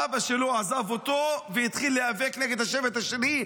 אבא שלו עזב אותו והתחיל להיאבק נגד השבט השני,